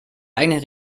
eigenen